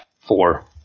four